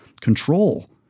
control